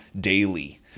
daily